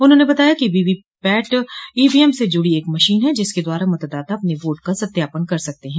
उन्होंने बताया कि वीवीपैट ईवीएम से जुड़ी एक मशीन है जिसके द्वारा मतदाता अपने वोट का सत्यापन कर सकते हैं